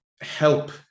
help